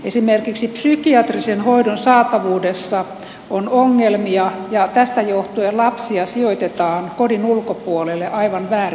esimerkiksi psykiatrisen hoidon saatavuudessa on ongelmia ja tästä johtuen lapsia sijoitetaan kodin ulkopuolelle aivan väärin perustein